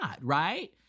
right